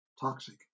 toxic